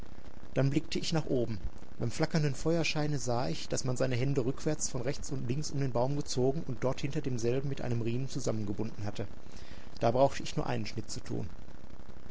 dann blickte ich nach oben beim flackernden feuerscheine sah ich daß man seine hände rückwärts von rechts und links um den baum gezogen und dort hinter demselben mit einem riemen zusammengebunden hatte da brauchte ich nur einen schnitt zu tun